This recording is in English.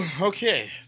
Okay